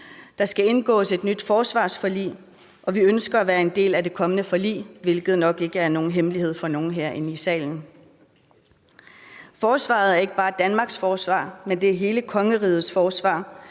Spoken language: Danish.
Der skal indgås et nyt forsvarsforlig, og vi ønsker at være en del af det kommende forlig, hvilket nok ikke er nogen hemmelighed for nogen herinde i salen. Forsvaret er ikke bare Danmarks forsvar, det er hele kongerigets forsvar,